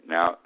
Now